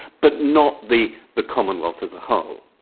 but not the the commonwealth as a whole.